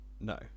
No